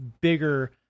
bigger